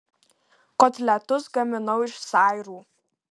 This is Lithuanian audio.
kotletus gaminau iš sairų